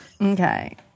Okay